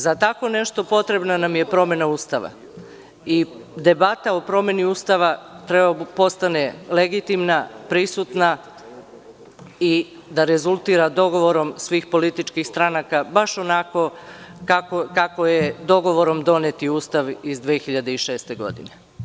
Za tako nešto potrebna nam je promena Ustava i debata o promeni Ustava treba da postane legitimna, prisutna i da rezultira dogovorom svih političkih stranaka, baš onako kako je dogovorom donet Ustav iz 2006. godine.